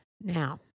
Now